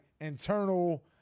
internal